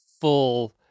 full